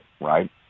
right